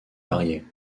variés